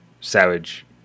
savage